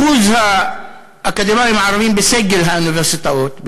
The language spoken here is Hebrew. אחוז האקדמאים הערבים בסגל האוניברסיטאות,